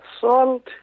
salt